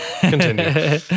continue